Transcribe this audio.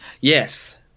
Yes